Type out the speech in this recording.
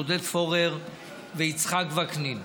עודד פורר ויצחק וקנין.